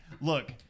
Look